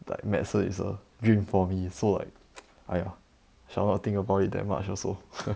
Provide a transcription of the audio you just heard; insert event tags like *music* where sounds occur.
like medicine is a dream for me so like *noise* !aiya! shall not think about it that much also